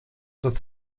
das